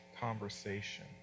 conversation